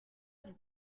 vous